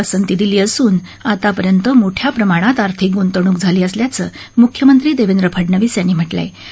पसर्ती दिली असून आतापर्यंत मोठ्या प्रमाणात आर्थिक गुखिणूक झाली असल्याचच्रिख्यमत्ती देवेंद्र फडनवीस यातीीम्हटलखिाहे